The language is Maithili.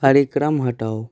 कार्यक्रम हटाऊ